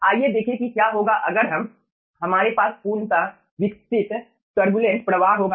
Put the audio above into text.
आइए देखें कि क्या होगा अगर हम हमारे पास पूर्णतः विकसित टरबुलेंट प्रवाह होगा